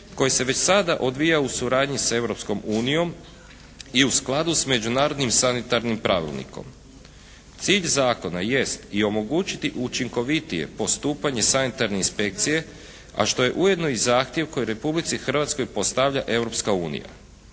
koji se već sada odvija u suradnji sa Europskom unijom i u skladu sa Međunarodnim sanitarnim pravilnikom. Cilj zakona jest i omogućiti učinkovitije postupanje Sanitarne inspekcije, a što je ujedno i zahtjev koji Republici Hrvatskoj postavlja